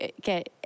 get